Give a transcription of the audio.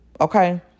Okay